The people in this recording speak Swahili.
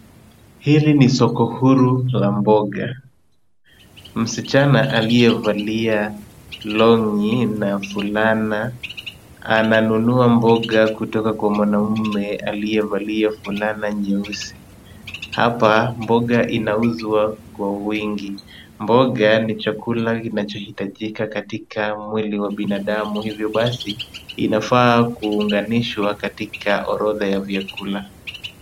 Hili ni soko huru la mboga. Msichana aliyevalia long'i na fulana ananunua mboga kutoka kwa mwanaume aliyevalia fulana nyeusi. Hapa mboga inauzwa kwa wingi. Mboga ni chakula kinachohitajika katika mwili wa binadamu, hivyo basi, inafaa kuunganishwa katika orodha ya vyakula.